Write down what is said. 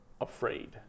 afraid